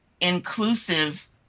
inclusive